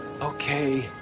Okay